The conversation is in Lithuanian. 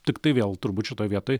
tiktai vėl turbūt šitoj vietoj